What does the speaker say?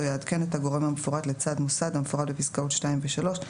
או יעדכן את הגורם המפורט לצד מוסד המפורט בפסקאות (2) ו-(3),